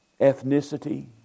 ethnicity